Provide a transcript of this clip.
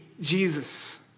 Jesus